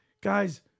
guys